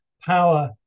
power